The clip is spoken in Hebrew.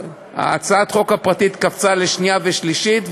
הצעת החוק הפרטית קפצה לקריאות שנייה ושלישית,